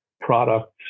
products